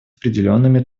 определенными